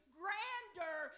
grander